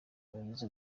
bagize